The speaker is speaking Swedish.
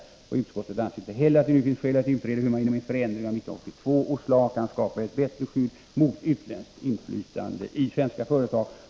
Utskottet anser inte heller att det nu finns skäl att utreda hur man genom en förändring av 1982 års lag kan skapa ett bättre skydd mot utländskt inflytande i svenska företag.